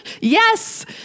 Yes